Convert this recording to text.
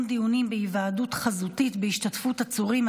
דיונים בהיוועדות חזותית בהשתתפות עצורים,